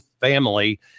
family